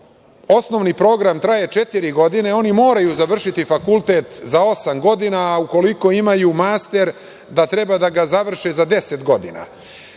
osnovni program traje četiri godine, oni moraju završiti fakultet za osam godina, a ukoliko imaju master, da treba da ga završe za deset godina. Ovi